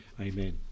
Amen